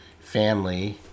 family